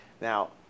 Now